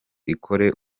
ikore